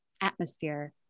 atmosphere